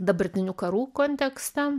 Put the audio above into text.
dabartinių karų kontekste